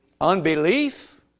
Unbelief